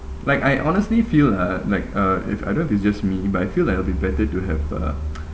like I honestly feel ah like uh if I don't know if it's just me but I feel like a bit better to have uh